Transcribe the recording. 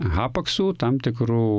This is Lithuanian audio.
hapaksų tam tikrų